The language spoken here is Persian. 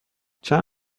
چند